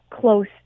close